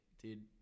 dude